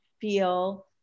feel